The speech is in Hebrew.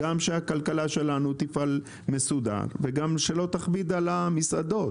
גם שהכלכלה שלנו תפעל מסודר וגם שלא נכביד על המסעדות.